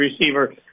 receiver